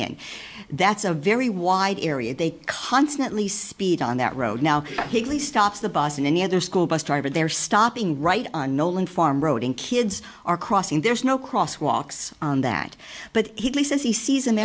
in that's a very wide area they constantly speed on that road now he stops the bus and any other school bus driver they're stopping right on nolan farm road and kids are crossing there's no cross walks on that but he says he sees